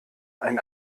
ein